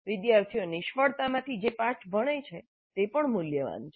વિદ્યાર્થીઓ નિષ્ફળતાઓમાંથી જે પાઠ ભણે છે તે પણ મૂલ્યવાન છે